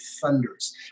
thunders